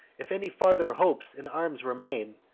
if any farther hopes in arms remain,